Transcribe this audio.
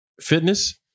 fitness